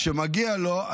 כשמגיע לו,